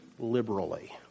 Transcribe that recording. liberally